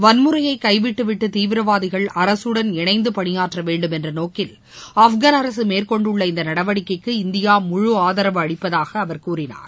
வன்முறையை கைவிட்டு விட்டு தீவிரவாதிகள் அரகடன் இணைந்து பணியாற்ற வேண்டும் என்ற நோக்கில் ஆப்கான் அரசு மேற்கொண்டுள்ள இந்த நடவடிக்கைக்கு இந்தியா முழு ஆதரவு அளிப்பதாகவும் அவர் கூறினார்